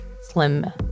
slim